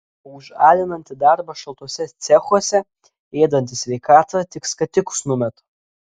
o už alinantį darbą šaltuose cechuose ėdantį sveikatą tik skatikus numeta